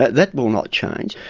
that that will not change.